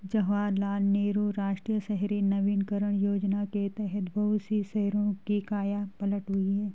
जवाहरलाल नेहरू राष्ट्रीय शहरी नवीकरण योजना के तहत बहुत से शहरों की काया पलट हुई है